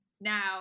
Now